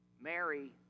Mary